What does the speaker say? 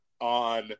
on